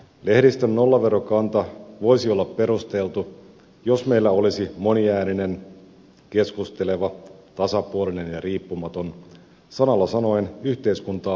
lehdistön nollaverokanta voisi olla perusteltu jos meillä olisi moniääninen keskusteleva tasapuolinen ja riippumaton sanalla sanoen yhteiskuntaa palveleva lehdistö